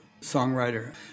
songwriter